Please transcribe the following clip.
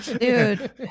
dude